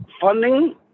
funding